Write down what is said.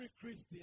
Christian